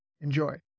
Enjoy